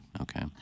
Okay